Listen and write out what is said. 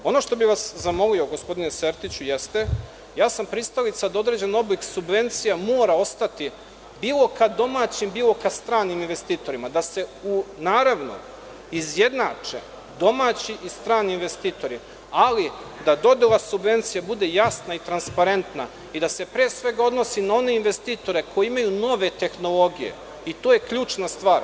Zamolio bih vas, gospodine Sertiću, pristalica sam da određeni oblik subvencija mora ostati bilo ka domaćim, bilo ka stranim investitorima, da se izjednače domaće i strani investitori, ali da dodela subvencija bude jasna i transparentna i da se odnosi na one investitore koji imaju nove tehnologije, i to je ključna stvar.